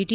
T